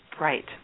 right